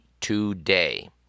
today